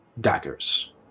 daggers